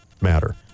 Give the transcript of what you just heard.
matter